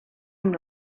amb